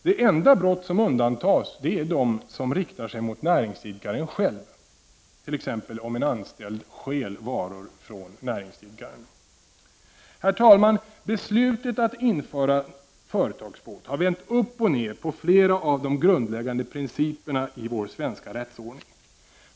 De enda brott som undantas är de som riktar sig mot näringsidkaren själv, t.ex. om en anställd stjäl varor från denne. Herr talman! Beslutet att införa företagsbot har vänt upp och ned på flera av de grundläggande principerna i vår svenska rättsordning.